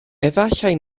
efallai